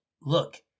look